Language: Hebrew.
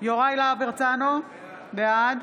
יוראי להב הרצנו, בעד